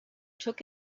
took